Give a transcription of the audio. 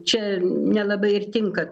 čia nelabai ir tinka